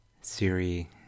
Siri